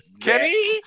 Kenny